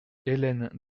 hélène